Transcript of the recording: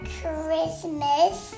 Christmas